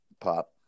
pop